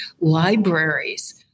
libraries